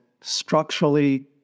structurally